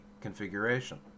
configuration